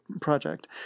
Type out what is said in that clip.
project